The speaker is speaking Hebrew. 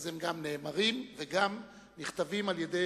אז הם גם נאמרים וגם נכתבים על-ידי